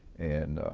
and